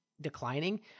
declining